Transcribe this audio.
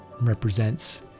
represents